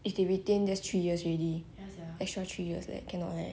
if they retain that's three years already extra three years leh cannot leh